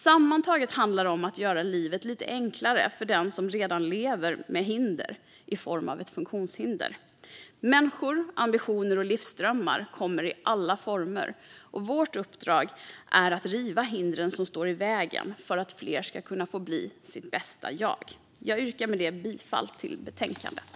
Sammantaget handlar det om att göra livet lite enklare för den som redan lever med ett funktionshinder. Människor, ambitioner och livsdrömmar kommer i alla former, och vårt uppdrag är att riva hindren som står i vägen för att fler ska kunna få bli sitt bästa jag. Jag yrkar bifall till förslagen i betänkandet.